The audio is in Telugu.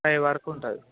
ఫైవ్ వరకు ఉంటుంది